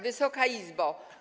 Wysoka Izbo!